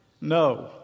No